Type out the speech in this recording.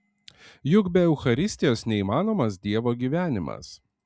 juk be eucharistijos neįmanomas dievo gyvenimas